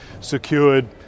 secured